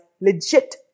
legit